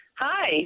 hi